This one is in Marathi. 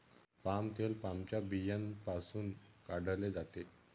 पाम तेल पामच्या बियांपासून काढले जाते